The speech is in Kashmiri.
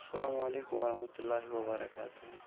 السلامُ علیکُم ورحمت اللہِ وبرکاتہوٗ